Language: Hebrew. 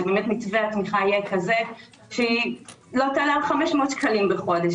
שבאמת מתווה התמיכה יהיה כזה שלא כלל 500 שקלים בחודש